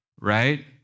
right